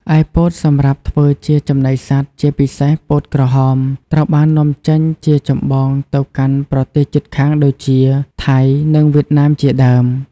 ឯពោតសម្រាប់ធ្វើជាចំណីសត្វ ជាពិសេស ពោតក្រហម ត្រូវបាននាំចេញជាចម្បងទៅកាន់ប្រទេសជិតខាងដូចជា ថៃ និង វៀតណាមជាដើម។